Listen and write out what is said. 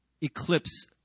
Eclipse